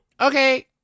Okay